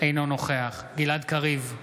אינו נוכח גלעד קריב,